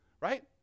right